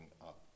up